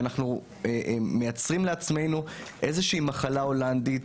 ואנחנו מייצרים לעצמנו איזו שהיא מחלה הולנדית,